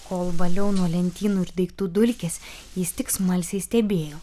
kol valiau nuo lentynų ir daiktų dulkes jis tik smalsiai stebėjo